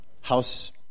house